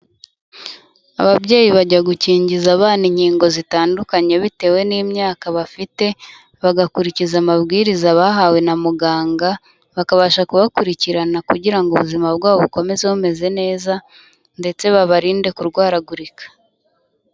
Ababyeyi bajya gukingiza abana inkingo zitandukanye bitewe n'imyaka bafite, bagakurikiza amabwiriza bahawe na muganga, bakabasha kubakurikirana kugira ngo ubuzima bwabo bukomeze bumeze neza ndetse babarinde kurwaragurika.